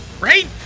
Right